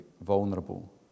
vulnerable